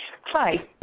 hi